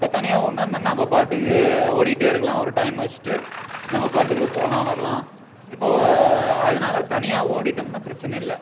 இபபோ தனியாக ஓடினோம்னா நம்ப பாட்டுக்கு ஓடிகிட்டே இருக்கலாம் ஒரு டயம் வச்சுட்டு நம்ம பாட்டுக்கு போகலாம் வரலாம் இப்போது அதனால தனியாக ஓடிட்டோம்னால் பிரச்சினை இல்லை